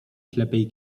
ślepej